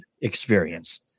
experience